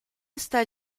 está